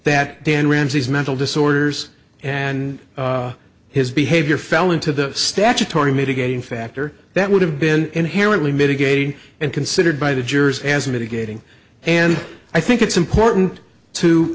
ramsey's mental disorders and his behavior fell into the statutory mitigating factor that would have been inherently mitigating and considered by the jurors as mitigating and i think it's important